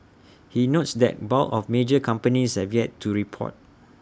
he notes that bulk of major companies have yet to report